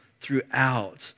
throughout